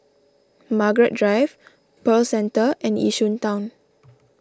Margaret Drive Pearl Centre and Yishun Town